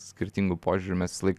skirtingų požiūrių mes visąlaik